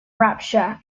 rapture